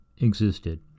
existed